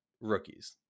rookies